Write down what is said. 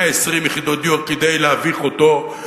120 יחידות דיור כדי להביך אותו,